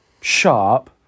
Sharp